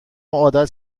عادت